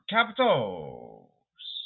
Capitals